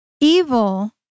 Evil